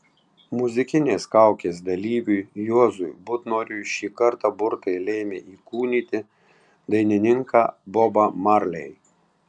muzikinės kaukės dalyviui juozui butnoriui šį kartą burtai lėmė įkūnyti dainininką bobą marley